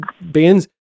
bands